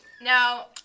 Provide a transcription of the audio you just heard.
Now